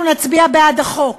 אנחנו נצביע בעד החוק,